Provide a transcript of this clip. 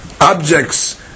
Objects